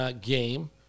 Game